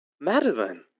Madeline